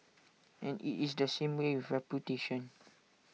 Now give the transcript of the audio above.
and IT is the same with reputation